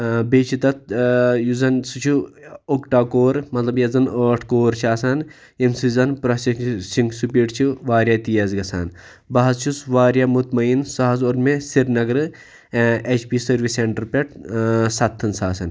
بیٚیہِ چھ تتھ یُس زَن سُہ چھُ اوٚکٹا کور مَطلَب یتھ زَن ٲٹھ کور چھِ آسان ییٚمہِ سۭتۍ زن پروسیٚسِنٛگ سپیٖڈ چھِ واریاہ تیز گَژھان بہٕ حٕظ چھُس واریاہ مُطمَعیٖن سُہ حٕظ اوٚن مےٚ سرینَگرٕ ایٚچ پی سیٚنٹَر پیٚٹھ سَتتھَن ساسَن